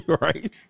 Right